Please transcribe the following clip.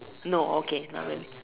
no okay not really